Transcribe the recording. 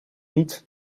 niet